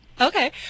Okay